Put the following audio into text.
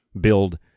build